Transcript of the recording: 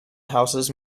houses